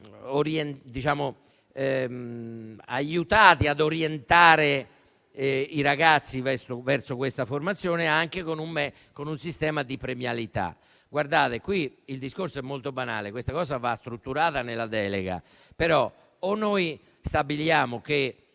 aiutati ad orientare i ragazzi verso questa formazione, anche con un sistema di premialità. Guardate che qui il discorso è molto banale, e questo va strutturato nella delega: o noi stabiliamo che